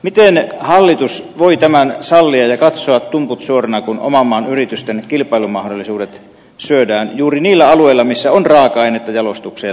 miten hallitus voi tämän sallia ja katsoa tumput suorana kun oman maan yritysten kilpailumahdollisuudet syödään juuri niillä alueilla missä on raaka ainetta jalostukseen ja työvoimaa tekemiseen